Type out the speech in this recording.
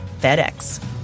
FedEx